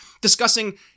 discussing